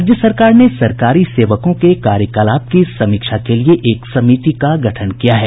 राज्य सरकार ने सरकारी सेवकों के कार्यकलाप की समीक्षा के लिए एक समिति का गठन किया है